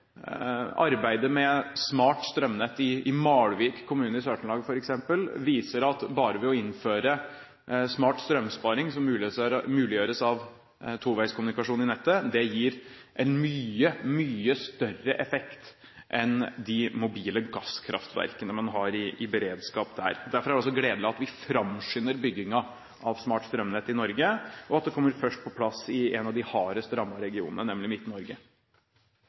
Arbeidet med smart strømnett i Malvik kommune i Sør-Trøndelag, f.eks., viser at bare å innføre smart strømsparing som muliggjøres av toveiskommunikasjon i nettet, gir mye større effekt enn de mobile gasskraftverkene man har i beredskap der. Derfor er det også gledelig at vi framskynder byggingen av smart strømnett i Norge, og at det kommer på plass først i en av de hardest rammede regionene, nemlig